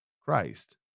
Christ